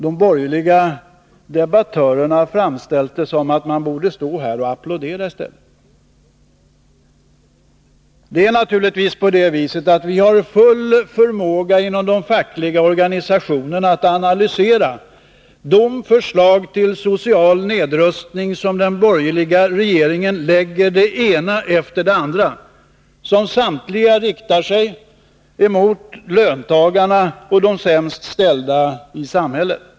De borgerliga debattörerna har framställt det så att man i stället borde stå här och applådera! Vi har givetvis inom de fackliga organisationerna förmåga att analysera de förslag till social nedrustning som den borgerliga regeringen lägger fram — det ena efter det andra — och som samtliga riktar sig mot löntagarna och de sämst ställda i samhället.